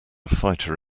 fighter